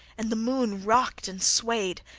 and the moon rocked and swayed.